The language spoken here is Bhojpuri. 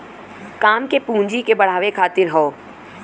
काम के पूँजी के बढ़ावे खातिर हौ